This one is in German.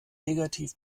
negativ